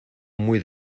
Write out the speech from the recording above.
muy